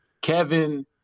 Kevin